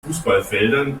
fußballfeldern